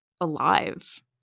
alive